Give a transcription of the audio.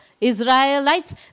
Israelites